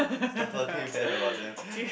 start talking bad about them